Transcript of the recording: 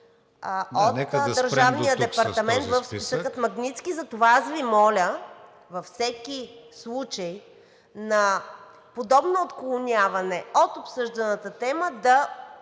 ...Държавния департамент в списъка „Магнитски“. Затова, аз Ви моля, във всеки случай на подобно отклоняване от обсъжданата тема да